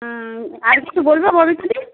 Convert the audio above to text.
হুম আর কিছু বলবে ববিতাদি